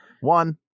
One